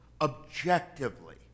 objectively